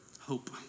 Hope